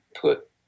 Put